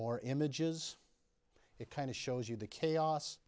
more images it kind of shows you the chaos